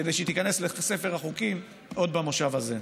כדי שהיא תיכנס לספר החוקים עוד במושב הזה.